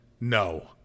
No